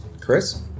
Chris